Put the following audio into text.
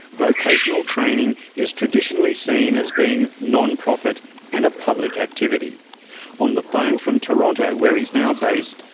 vocational training is traditionally seen as being non-profit and a public activity on the phone from toronto where he's now based,